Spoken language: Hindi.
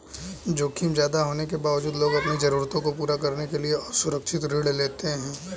जोखिम ज्यादा होने के बावजूद लोग अपनी जरूरतों को पूरा करने के लिए असुरक्षित ऋण लेते हैं